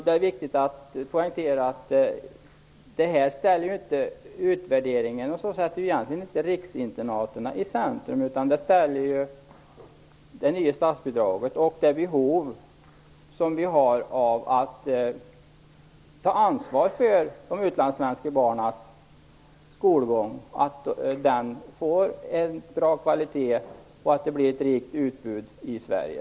Det är viktigt att poängtera att utvärderingen inte sätter riksinternaten i centrum utan den gäller ju det nya statsbidraget och det behov som finns när det gäller att ta ansvar för de utlandssvenska barnens skolgång, att kvaliteten blir god och att det blir ett rikt utbud i Sverige.